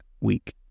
week